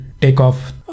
takeoff